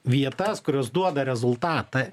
vietas kurios duoda rezultatą